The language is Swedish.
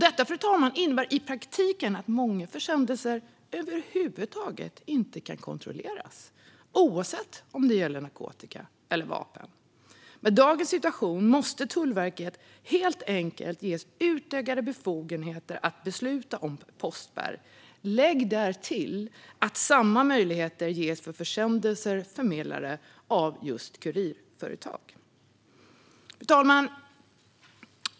Detta innebär i praktiken att många försändelser över huvud taget inte kan kontrolleras, oavsett om det gäller narkotika eller vapen. Med dagens situation måste Tullverket ges utökade befogenheter att besluta om postspärr, även för försändelser förmedlade av kurirföretag. Fru talman!